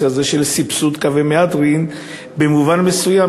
הזה של סבסוד קווי מהדרין במובן מסוים,